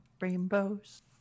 Rainbows